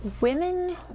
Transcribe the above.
Women